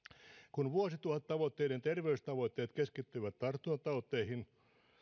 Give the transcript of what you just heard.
kun vuosituhattavoitteiden terveystavoitteet keskittyivät tartuntatauteihin